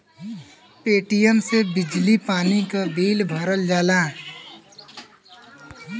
Paytm से बिजली पानी क बिल भरल जाला